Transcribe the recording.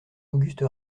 auguste